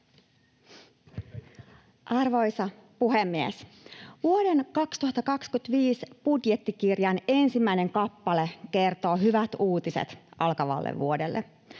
Arvoisa puhemies! Vuoden 2025 budjettikirjan ensimmäinen kappale kertoo hyvät uutiset alkavalle vuodelle: